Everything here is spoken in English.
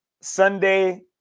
Sunday